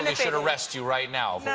and should arrest you right now.